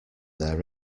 their